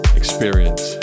experience